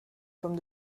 pommes